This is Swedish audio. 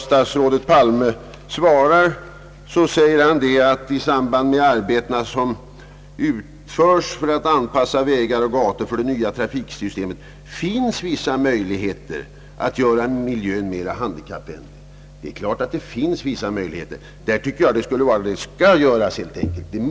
Statsrådet Palme svarar nu, att det i samband med de arbeten, som utförs för att anpassa vägar och gator för det nya trafiksystemet, »finns vissa möjligheter» att göra miljön mera handikappvänlig. Ja, det är klart att det finns vissa möjligheter. Dessa möjligheter måste tillvaratas.